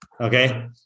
Okay